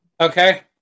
Okay